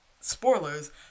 spoilers